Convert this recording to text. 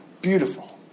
beautiful